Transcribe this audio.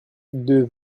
deux